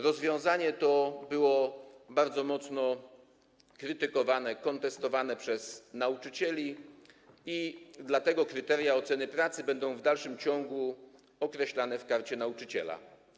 Rozwiązanie to było bardzo mocno krytykowane, kontestowane przez nauczycieli, dlatego kryteria oceny pracy będą w dalszym ciągu określane w Karcie Nauczyciela.